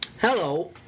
Hello